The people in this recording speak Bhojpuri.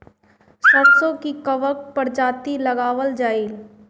सरसो की कवन प्रजाति लगावल जाई?